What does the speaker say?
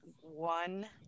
one